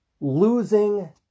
Losing